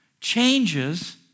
changes